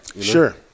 Sure